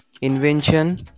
invention